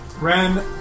Ren